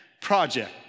project